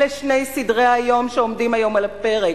אלה שני סדרי-היום שעומדים היום על הפרק.